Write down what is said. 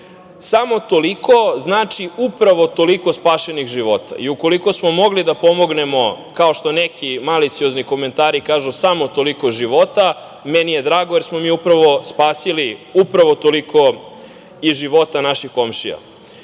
Samo toliko znači upravo toliko spašenih života. I ukoliko smo mogli da pomognemo, kao što neki maliciozni komentari kažu, samo toliko života, meni je drago, jer smo mi upravo spasili upravo toliko i života naših komšija. Mi